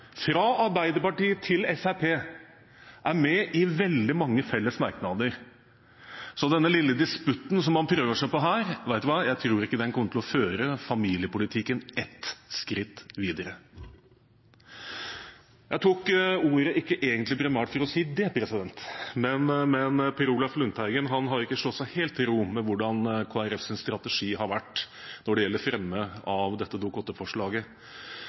fra Arbeiderpartiet til Fremskrittspartiet, er med i veldig mange felles merknader. Så den lille disputten som man prøver seg på her, tror jeg ikke kommer til å føre familiepolitikken ett skritt videre. Jeg tok egentlig ikke ordet primært for å si det, men Per Olaf Lundteigen har ikke slått seg helt til ro med hvordan Kristelig Folkepartis strategi har vært når det gjelder framleggelsen av dette